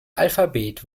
alphabet